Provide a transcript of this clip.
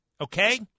okay